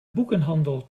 boekenhandel